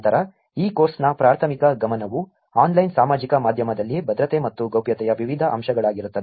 ನಂತರ ಈ ಕೋರ್ಸ್ನ ಪ್ರಾಥಮಿಕ ಗಮನವು ಆನ್ಲೈನ್ ಸಾಮಾಜಿಕ ಮಾಧ್ಯಮದಲ್ಲಿ ಭದ್ರತೆ ಮತ್ತು ಗೌಪ್ಯತೆಯ ವಿವಿಧ ಅಂಶಗಳಾಗಿರುತ್ತದೆ